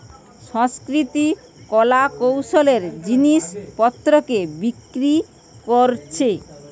সাংস্কৃতিক কলা কৌশলের জিনিস পত্রকে বিক্রি কোরছে